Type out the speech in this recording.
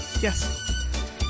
yes